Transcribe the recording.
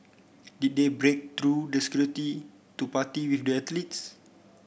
did they break through the security to party with the athletes